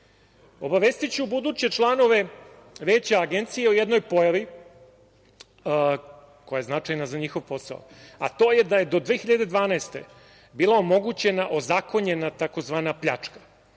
hobotnice. Obavestiću buduće članove Veća Agencije o jednoj pojavi koja je značajna za njihov posao, a to je da je do 2012. godine bilo omogućena ozakonjena tzv. pljačka.